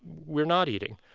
we're not eating.